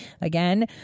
again